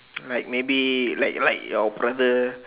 like maybe like like your brother